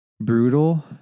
brutal